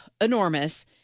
enormous